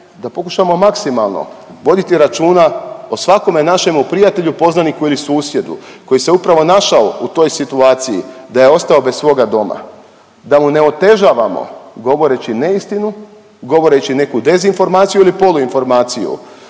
da pokušamo maksimalno voditi računa o svakome našemu prijatelju, poznaniku ili susjedu koji se upravo našao u toj situaciji da je ostao bez svoga doma, da mu ne otežavamo govoreći neistinu, govoreći neku dezinformaciju ili polu informaciju.